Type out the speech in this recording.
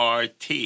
RT